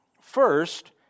First